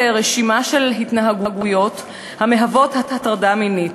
רשימה של התנהגויות המהוות הטרדה מינית,